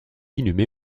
inhumé